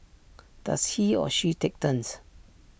does he or she take turns